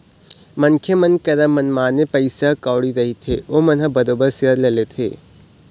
मनखे मन करा मनमाने पइसा कउड़ी रहिथे ओमन ह बरोबर सेयर ल लेथे